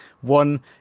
one